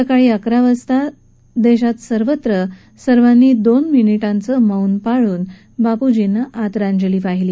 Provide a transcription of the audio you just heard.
सकाळी अकरा वाजता देशानं दोन मिनिटांचं मौन पाळून बापूजींना आदरांजली वाहिली